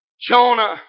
Jonah